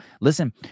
listen